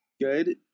good